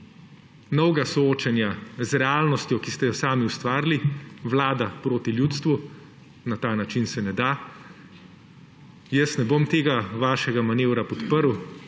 novega soočenja z realnostjo, ki ste jo sami ustvarili, vlada proti ljudstvu. Na ta način se ne da. Jaz tega vašega manevra ne